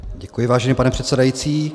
Děkuji, vážený pane předsedající.